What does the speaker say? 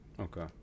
Okay